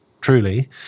truly